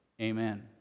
amen